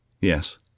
Yes